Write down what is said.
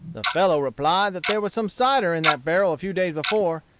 the fellow replied that there was some cider in that barrel a few days before,